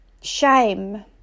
Shame